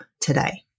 today